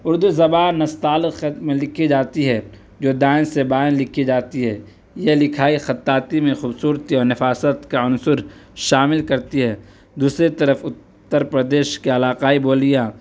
اردو زبان نستعلیق خط میں لکھی جاتی ہے جو دائیں سے بائیں لکھی جاتی ہے یہ لکھائی خطاطی میں خوبصورتی اور نفاست کا عنصر شامل کرتی ہے دوسری طرف اتّر پردیش کے علاقائی بولیاں